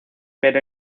pero